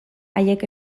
haiek